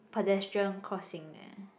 pedestrian crossing there